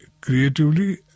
creatively